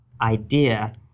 idea